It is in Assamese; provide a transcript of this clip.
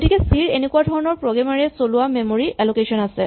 গতিকে চি ৰ এনেকুৱা ধৰণৰ প্ৰগ্ৰেমাৰ এ চলোৱা মেমৰী এলকেচন আছে